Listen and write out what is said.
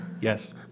Yes